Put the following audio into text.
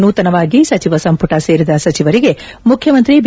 ನೂತನವಾಗಿ ಸಚಿವ ಸಂಪುಟ ಸೇರಿದ ಸಚಿವರಿಗೆ ಮುಖ್ಯಮಂತ್ರಿ ಬಿ